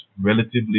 relatively